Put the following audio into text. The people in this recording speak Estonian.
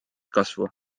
kasvu